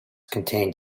contained